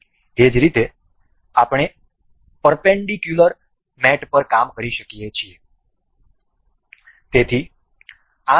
એ જ રીતે આપણે પરપેન્ડીકુલર મેટ પર પણ કામ કરી શકીએ છીએ